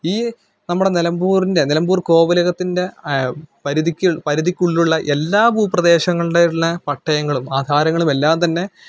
ഈ നമ്മുടെ നിലമ്പൂരിന്റെ നിലമ്പൂര് കോവിലകത്തിന്റെ പരിധിക്ക് പരിധിക്കുള്ളിലുള്ള എല്ലാ ഭൂപ്രദേശങ്ങളുടെയുള്ള പട്ടയങ്ങളും ആധാരങ്ങളും എല്ലാം തന്നെ